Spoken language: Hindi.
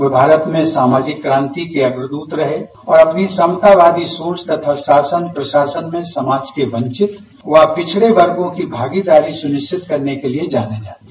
वह भारत में सामाजिक क्रांति के अग्रदूत रहे और अपनी समतावादी सोच तथा शासन तथा प्रशासन में समाज के वंचित व पिछड़े वर्गो के भागीदारी सुनिश्चित करने के लिये जाने जाते है